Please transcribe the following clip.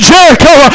Jericho